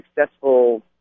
successful